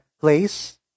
place